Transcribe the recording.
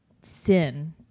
sin